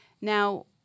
Now